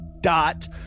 dot